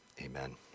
amen